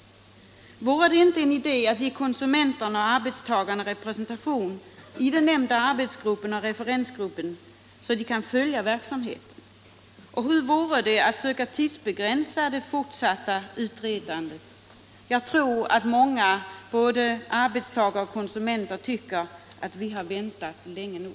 Vore det inte en idé att ge konsumenterna och arbetstagarna representation i den nämnda arbetsgruppen och referensgruppen, så att de kan följa verksamheten? Och hur vore det att söka tidsbegränsa det fortsatta utredandet? Jag tror att många, både arbetstagare och konsumenter, tycker att vi har väntat länge nog.